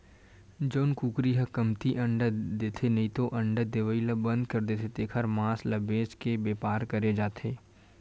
जउन कुकरी ह कमती अंडा देथे नइते अंडा देवई ल बंद कर देथे तेखर मांस ल बेचे के बेपार करे जाथे